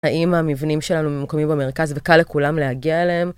האם המבנים שלנו ממקומים במרכז, וקל לכולם להגיע אליהם?